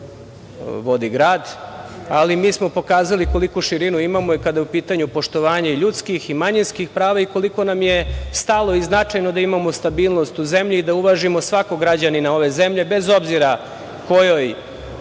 grad. Mi smo pokazali koliku širinu imamo i kada je u pitanju poštovanje ljudskih i manjinskih prava i koliko nam je stalo i značajno da imamo stabilnost u zemlji i da uvažimo svakog građanina ove zemlje, bez obzira kojoj